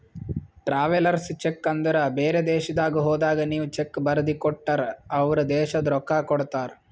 travellers cheque ಅಂದುರ್ ಬೇರೆ ದೇಶದಾಗ್ ಹೋದಾಗ ನೀವ್ ಚೆಕ್ ಬರ್ದಿ ಕೊಟ್ಟರ್ ಅವ್ರ ದೇಶದ್ ರೊಕ್ಕಾ ಕೊಡ್ತಾರ